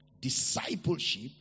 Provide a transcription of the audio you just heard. discipleship